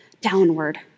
downward